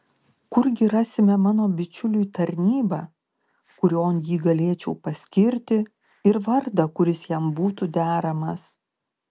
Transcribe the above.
kurgi rasime mano bičiuliui tarnybą kurion jį galėčiau paskirti ir vardą kuris jam būtų deramas